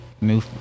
new